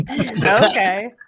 Okay